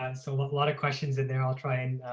um so a lot of questions in there i'll try and